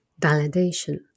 validation